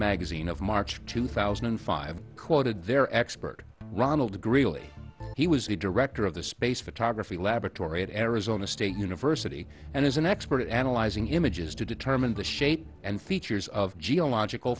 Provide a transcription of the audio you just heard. magazine of march two thousand and five quoted their expert ronald greeley he was the director of the space photography laboratory at arizona state university and is an expert at analyzing images to determine the shape and features of geological